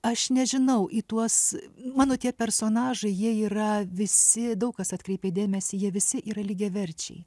aš nežinau į tuos mano tie personažai jie yra visi daug kas atkreipė dėmesį jie visi yra lygiaverčiai